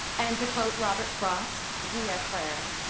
and to quote robert frost via claire,